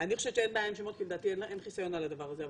אני חושבת שאין בעיה עם שמות כי לדעתי אין חיסיון על הדבר הזה,